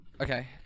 Okay